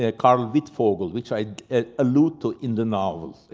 ah karl wittfogel, which i allude to in the novel.